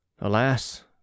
Alas